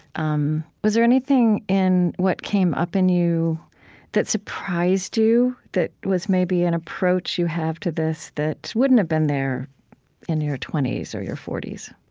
um was there anything in what came up in you that surprised you, that was maybe an approach you have to this that wouldn't have been there in your twenty s or your forty s,